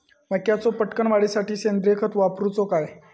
मक्याचो पटकन वाढीसाठी सेंद्रिय खत वापरूचो काय?